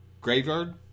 graveyard